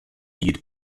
hyd